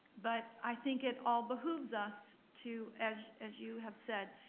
but i think it all behooves us to, as as you have said,